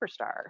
superstar